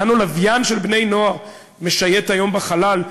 ננו-לוויין של בני-נוער משייט היום בחלל,